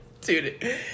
Dude